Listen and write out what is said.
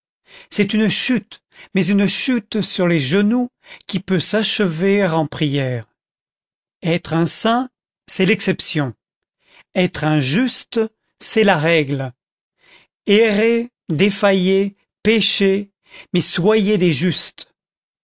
c'est une chute mais une chute sur les genoux qui peut s'achever en prière être un saint c'est l'exception être un juste c'est la règle errez défaillez péchez mais soyez des justes